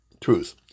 truth